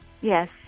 yes